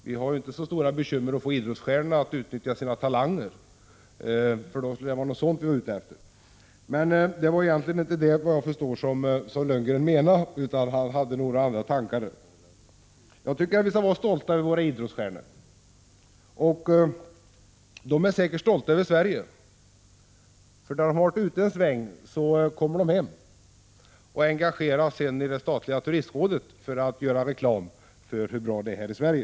Vi har inte så stora bekymmer att få idrottsstjärnorna att utnyttja sina talanger, men det var naturligtvis inte det som Bo Lundgren menade. Jag tycker att vi skall vara stolta över våra idrottsstjärnor. Och de är säkert stolta över Sverige, för när de har varit ute en sväng kommer de hem och engageras i det statliga turistrådet för att göra reklam för hur bra det är i Sverige.